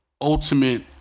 ultimate